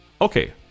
Okay